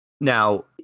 Now